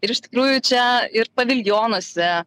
ir iš tikrųjų čia ir paviljonuose